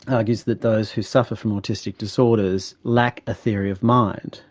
argues that those who suffer from autistic disorders lack a theory of mind,